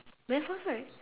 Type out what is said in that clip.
very fast right